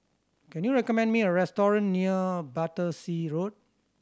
can you recommend me a restaurant near Battersea Road